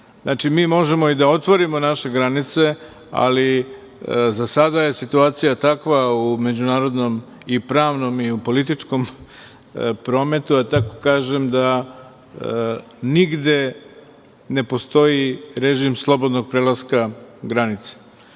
Znači, mi možemo i da otvorimo naše granice, ali sada je situacija takva u međunarodnom i pravnom i u političkom prometu, da tako kažem, da nigde ne postoji režim slobodnog prelaska granica.